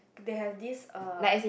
they have this uh